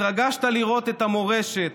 התרגשת לראות את המורשת,